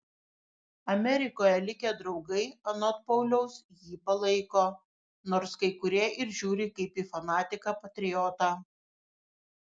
amerikoje likę draugai anot pauliaus jį palaiko nors kai kurie ir žiūri kaip į fanatiką patriotą